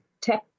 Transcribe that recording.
tech